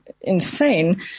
insane